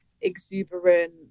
exuberant